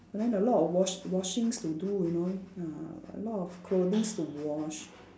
but then a lot of wash washings to do you know uh a lot of clothings to wash